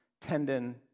tendon